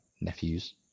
nephews